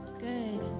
Good